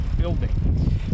building